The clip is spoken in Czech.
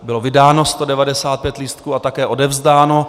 Bylo vydáno 195 lístků a také odevzdáno.